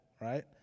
right